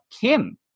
Kim